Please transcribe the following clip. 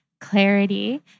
clarity